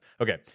okay